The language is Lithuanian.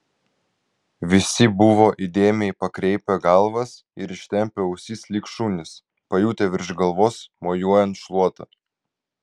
visi buvo įdėmiai pakreipę galvas ir ištempę ausis lyg šunys pajutę virš galvos mojuojant šluota